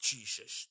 Jesus